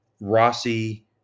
Rossi